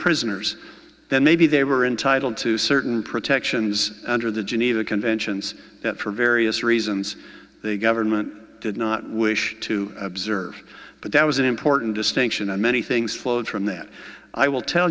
prisoners then maybe they were entitled to certain protections under the geneva conventions for various reasons the government did not wish to observe but that was an important distinction and many things flowed from that i will tell